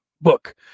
book